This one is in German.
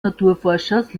naturforschers